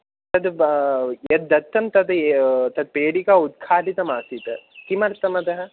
तद् यद् दत्तं तत् ए तत् पेडिका उद्घाटितमासीत् किमर्थम् अतः